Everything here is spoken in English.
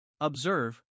Observe